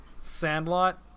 Sandlot